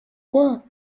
quoi